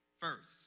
first